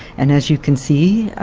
and as you can see,